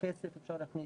כסף אפשר להכניס,